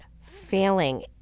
failing